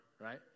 right